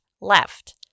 left